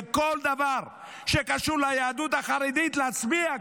וכל דבר שקשור ליהדות החרדית להצביע,